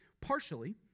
Partially